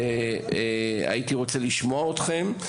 הייתי רוצה לשמוע אתכם.